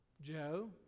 Joe